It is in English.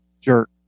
jerk